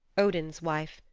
odin's wife,